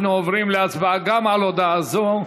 אנחנו עוברים להצבעה גם על הודעה זו.